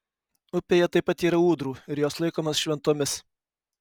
upėje taip pat yra ūdrų ir jos laikomos šventomis